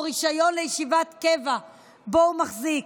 על רישיון לישיבת קבע שבו הוא מחזיק.